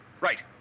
Right